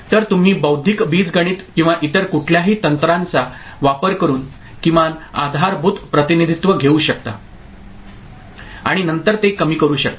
तर तुम्ही बौद्धिक बीजगणित किंवा इतर कुठल्याही तंत्राचा वापर करून किमान आधारभूत प्रतिनिधित्त्व घेऊ शकता आणि नंतर ते कमी करू शकता